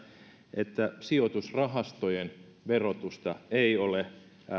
että sijoitusrahastojen verotusta ei ole